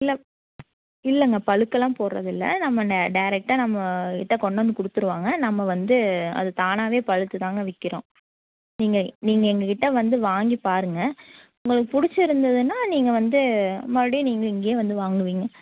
இல்லை இல்லைங்க பழுக்கலாம் போடுறதில்ல நம்ம நே டைரெக்டாக நம்மக்கிட்டே கொண்டு வந்து கொடுத்துருவாங்க நம்ம வந்து அது தானாகவே பழுத்து தாங்க விற்கிறோம் நீங்கள் நீங்கள் எங்கள்க் கிட்டே வந்து வாங்கி பாருங்க உங்களுக்கு பிடிச்சிருந்ததுனா நீங்கள் வந்து மறுபடியும் நீங்கள் இங்கேயே வந்து வாங்குவீங்க